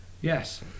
Yes